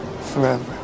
Forever